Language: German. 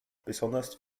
besonders